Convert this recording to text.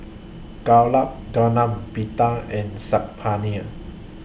Gulab Gulab Pita and Saag Paneer